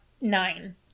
Nine